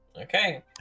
okay